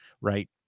Right